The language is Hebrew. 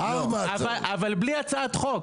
אבל בלי הצעת חוק,